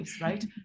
right